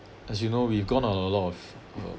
as you know we've gone on a lot of um